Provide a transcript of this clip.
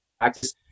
practice